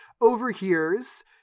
overhears